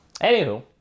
Anywho